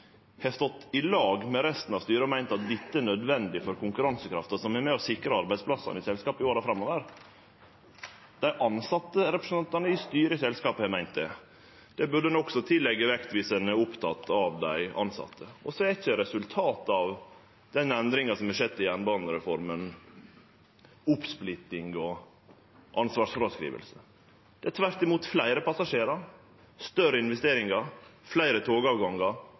har stått i lag med resten av styret og meint at dette er nødvendig for konkurransekrafta som er med og sikrar arbeidsplassane i selskapet i åra framover. Tilsetterepresentantane i styret i selskapet har meint det. Det burde ein også leggje vekt på om ein er oppteken av dei tilsette. Resultatet av denne endringa som er skjedd i jernbanereforma, er ikkje oppsplitting og ansvarsfråskriving. Tvert imot – det er fleire passasjerar, større investeringar, fleire togavgangar,